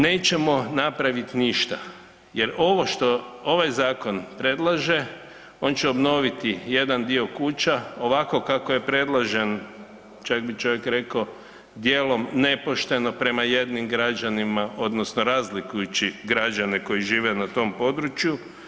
Nećemo napraviti ništa jer ovo što ovaj zakon predlaže on će obnoviti jedan dio kuća ovako kako je predložen čak bi čovjek rekao dijelom nepošteno prema jednim građanima odnosno razlikujući građane koji žive na tom području.